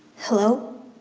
hello.